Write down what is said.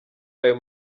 ayo